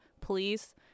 please